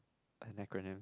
an acronym